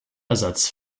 ersatz